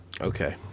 okay